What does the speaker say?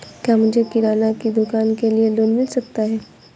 क्या मुझे किराना की दुकान के लिए लोंन मिल सकता है?